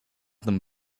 them